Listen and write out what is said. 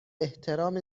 احترام